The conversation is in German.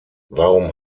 warum